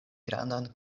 grandan